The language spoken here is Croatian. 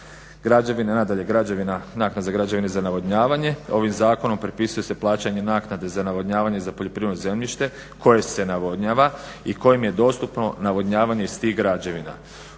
građevine, naknada za građevine za navodnjavanje, ovim zakonom prepisuje se plaćanje naknade za navodnjavanje za poljoprivredno zemljište koje se navodnjava i kojim je dostupno navodnjavanje iz tih građevina.